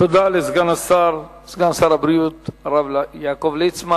תודה לסגן שר הבריאות הרב יעקב ליצמן.